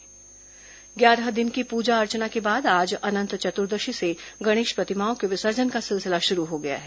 गणेश विसर्जन ग्यारह दिन की पूजा अर्चना के बाद आज अनंत चतुर्दशी से गणेश प्रतिमाओं के विसर्जन का सिलसिला शुरू हो गया है